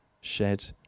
shed